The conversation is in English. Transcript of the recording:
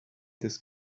this